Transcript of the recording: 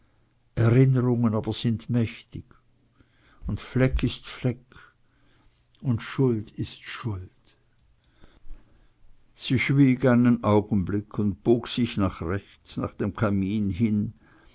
erinnerungen aber sind mächtig und fleck ist fleck und schuld ist schuld sie schwieg einen augenblick und bog sich rechts nach dem kamin hin